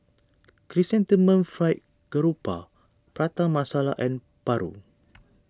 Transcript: Chrysanthemum Fried Garoupa Prata Masala and Paru